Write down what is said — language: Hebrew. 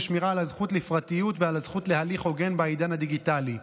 ושמירה על הזכות לפרטיות ועל הזכות להליך הוגן בעידן הדיגיטלי.